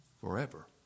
forever